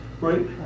right